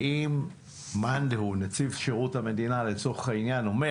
ואם מאן-דהוא נציב שירות המדינה לצורך העניין אומר